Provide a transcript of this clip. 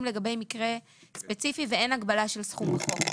לגבי מקרה ספציפי ואין הגבלה של סכום בחוק.